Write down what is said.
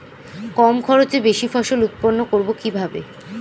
কম খরচে বেশি ফসল উৎপন্ন করব কিভাবে?